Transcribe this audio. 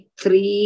three